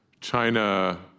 China